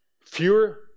fewer